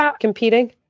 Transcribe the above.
competing